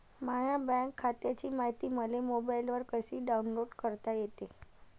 माह्या बँक खात्याची मायती मले मोबाईलवर कसी डाऊनलोड करता येते?